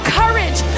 courage